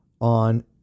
on